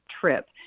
trip